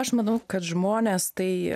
aš manau kad žmonės tai